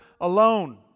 alone